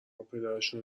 پدرشونو